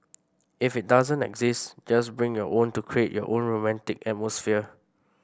if it doesn't exist just bring your own to create your own romantic atmosphere